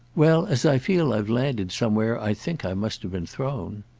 well, as i feel i've landed somewhere i think i must have been thrown.